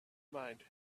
mind